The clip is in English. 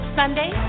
sunday